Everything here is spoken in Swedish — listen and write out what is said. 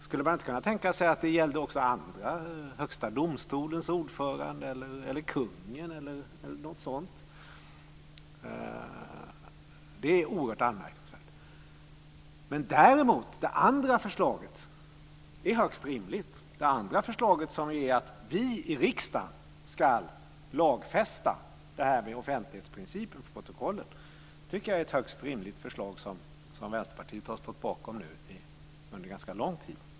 Skulle man inte kunna tänka sig att det gällde också andra, högsta domstolens ordförande eller kungen? Det är oerhört anmärkningsvärt. Det andra förslaget däremot är högst rimligt. Det är att vi i riksdagen ska lagfästa det här med offentlighetsprincipen för protokollen. Det tycker jag är ett högst rimligt förslag som Vänsterpartiet har stått bakom nu under ganska lång tid.